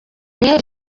guhera